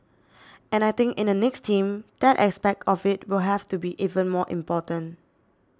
and I think in the next team that aspect of it will have to be even more important